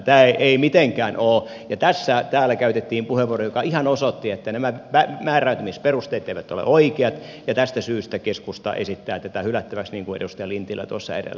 tämä ei mitenkään ole oikein ja tässä täällä käytettiin puheenvuoro joka ihan osoitti että nämä määräytymisperusteet eivät ole oikeat ja tästä syystä keskusta esittää tätä hylättäväksi niin kuin edustaja lintilä tuossa edellä sanoi